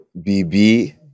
BB